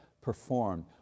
performed